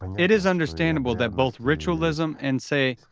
it is understandable that both ritualism and, say,